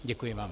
Děkuji vám.